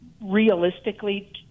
realistically